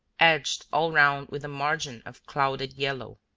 edged all round with a margin of clouded yellow.